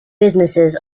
businesses